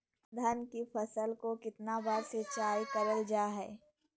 धान की फ़सल को कितना बार सिंचाई करल जा हाय?